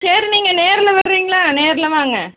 சரி நீங்கள் நேரில் வருவீங்களா நேரில் வாங்க